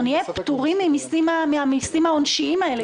אני רוצה שאנחנו נהיה פטורים מהמיסים העונשיים האלה.